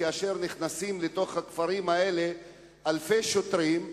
כאשר נכנסים לתוך הכפרים האלה אלפי שוטרים,